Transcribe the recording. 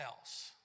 else